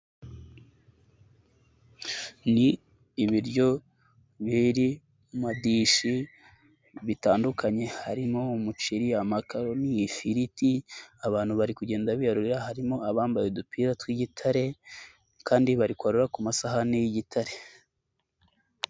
Ni ibiryo, biri mu madishi bitandukanye, harimo umuceri, amakaroni, ifiriti, abantu bari kugenda biyarurira, harimo abambaye udupira tw'igitare kandi bari kwarura ku masahani y'igitare.